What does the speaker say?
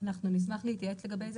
נשמח להתייעץ לגבי זה.